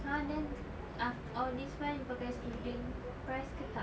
!huh! then ah all this while you pakai student price ke tak